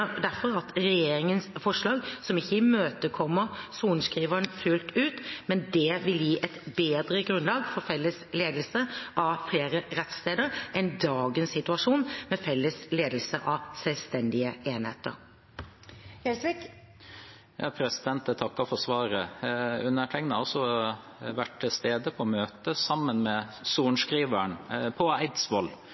derfor at regjeringens forslag, som ikke imøtekommer sorenskriveren fullt ut, vil gi et bedre grunnlag for felles ledelse av flere rettssteder enn dagens situasjon med felles ledelse av selvstendige enheter. Jeg takker for svaret. Jeg har vært til stede på møte sammen med sorenskriveren på